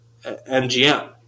MGM